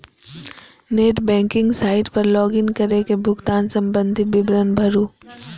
net banking site पर log in कैर के भुगतान संबंधी विवरण भरू